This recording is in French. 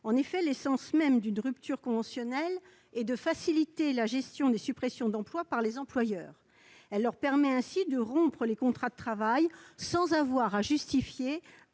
En effet, l'essence même d'une rupture conventionnelle est de faciliter la gestion des suppressions d'emplois par les employeurs : elle leur permet de rompre les contrats de travail sans avoir à justifier